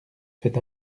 fait